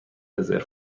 رزرو